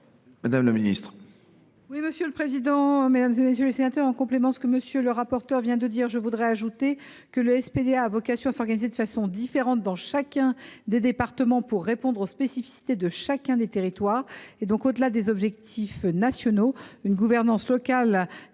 madame la ministre